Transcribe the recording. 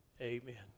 Amen